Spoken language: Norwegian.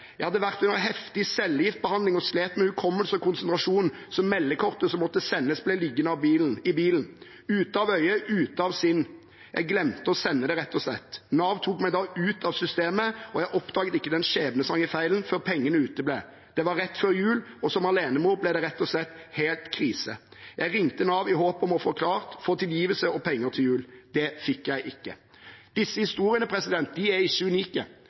Jeg hadde vært under heftig cellegiftbehandling og slet med hukommelsen og konsentrasjonen, så meldekortet som måtte sendes, ble liggende i bilen – ute av øye, ute av sinn. Jeg glemte å sende det, rett og slett. Nav tok meg da ut av systemet, og jeg oppdaget ikke den skjebnesvangre feilen før pengene uteble. Det var rett før jul, og som alenemor ble det rett og slett helt krise. Jeg ringte Nav i håp om å få forklart, få tilgivelse og penger til jul. Det fikk jeg ikke. Disse historiene er ikke unike.